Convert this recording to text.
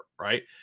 right